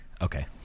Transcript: Okay